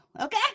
Okay